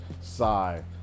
sigh